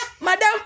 madam